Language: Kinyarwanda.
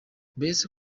mbese